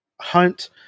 hunt